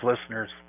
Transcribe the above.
listeners